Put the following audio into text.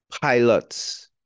pilots